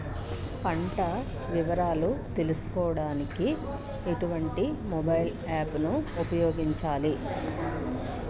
పంట వివరాలు తెలుసుకోడానికి ఎటువంటి మొబైల్ యాప్ ను ఉపయోగించాలి?